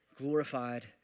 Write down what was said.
glorified